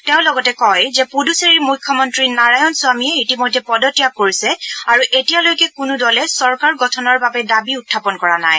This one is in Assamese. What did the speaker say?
তেওঁ লগতে কয় যে পুডুচেৰীৰ মুখ্যমন্তী নাৰায়ণস্বামীয়ে ইতিমধ্যে পদত্যাগ কৰিছে আৰু এতিয়ালৈকে কোনো দলে চৰকাৰ গঠনৰ বাবে দাবী উখাপন কৰা নাই